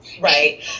Right